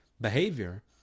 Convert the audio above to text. behavior